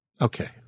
Okay